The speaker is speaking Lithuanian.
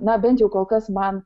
na bent jau kol kas man